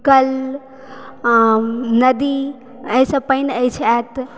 कल नदी एहिसँ पाइन अछि आओत